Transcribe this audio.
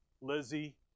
Lizzie